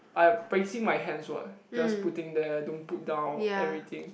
I'm placing my hands what just putting there don't put down everything